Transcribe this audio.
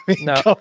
No